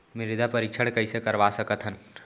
मृदा परीक्षण कइसे करवा सकत हन?